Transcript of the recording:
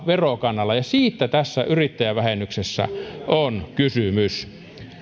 verokannalla siitä tässä yrittäjävähennyksessä on kysymys